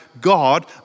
God